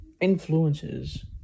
influences